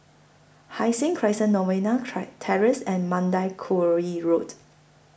Hai Sing Crescent Novena Try Terrace and Mandai Quarry Road